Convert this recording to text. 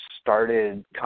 started